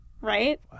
right